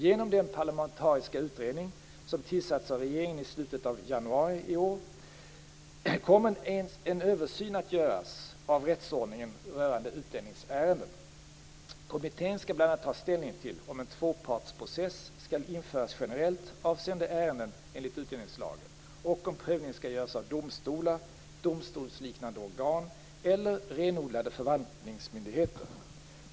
Genom den parlamentariska utredning som tillsatts av regeringen i slutet av januari i år , kommer en översyn att göras av rättsordningen rörande utlänningsärenden. Kommittén skall bl.a. ta ställning till om en tvåpartsprocess skall införas generellt avseende ärenden enligt utlänningslagen och om prövningen skall göras av domstolar, domstolsliknande organ eller renodlade förvaltningsmyndigheter.